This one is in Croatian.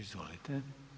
Izvolite.